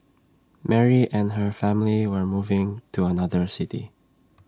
Mary and her family were moving to another city